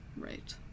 Right